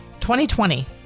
2020